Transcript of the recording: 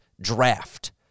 DRAFT